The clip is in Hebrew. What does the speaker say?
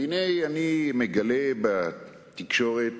והנה, אני מגלה בתקשורת